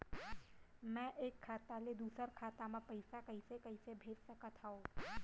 मैं एक खाता ले दूसर खाता मा पइसा कइसे भेज सकत हओं?